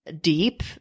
deep